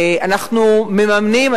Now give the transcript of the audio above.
אנחנו מממנים,